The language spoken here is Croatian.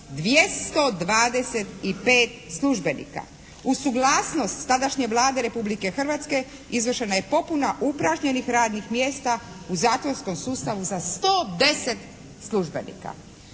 225 službenika uz suglasnost tadašnje Vlade Republike Hrvatske izvršena je popuna upražnjenih radnih mjesta u zatvorskom sustavu za 110 službenika.